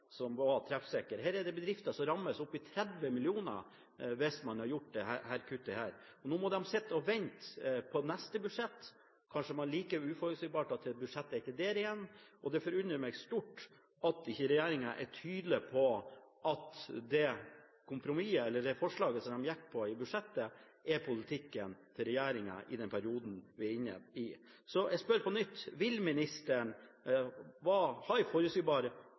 Det er bedrifter som hadde blitt rammet med opptil 30 mill. kr hvis man hadde gjort dette kuttet. Nå må de sitte og vente på neste budsjett, og kanskje får man et like uforutsigbart budsjett etter det igjen. Det forundrer meg stort at ikke regjeringen er tydelig på at det forslaget de gikk inn for i budsjettet, er politikken til regjeringen i den perioden vi er inne i. Så jeg spør på nytt: Vil ministeren